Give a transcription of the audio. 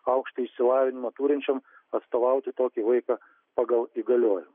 aukštąjį išsilavinimą turinčiam atstovauti tokį vaiką pagal įgaliojimą